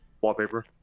wallpaper